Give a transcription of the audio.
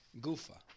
gufa